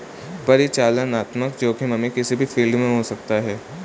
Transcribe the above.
परिचालनात्मक जोखिम हमे किसी भी फील्ड में हो सकता है